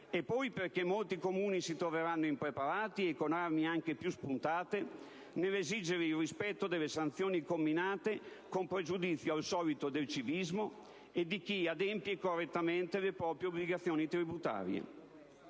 luogo, molti Comuni si troveranno impreparati e con armi anche più spuntate nell'esigere il rispetto delle sanzioni comminate, con pregiudizio al solito del civismo e di chi adempie correttamente alle proprie obbligazioni tributarie.